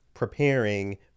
preparing